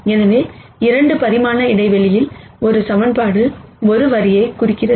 எனவே 2 பரிமாண இடைவெளியில் ஒரு ஈக்குவேஷன் ஒரு வரியைக் குறிக்கிறது